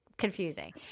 confusing